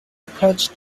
approach